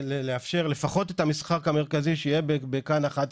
לאפשר לפחות את המשחק המרכזי, שיהיה ב-כאן 11,